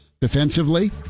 defensively